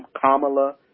Kamala